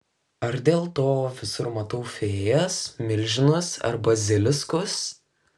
ar dėl to visur matau fėjas milžinus ar baziliskus